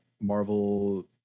Marvel